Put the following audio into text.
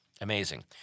Amazing